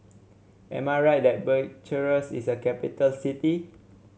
am I right that Bucharest is a capital city